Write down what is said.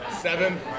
Seven